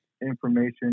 information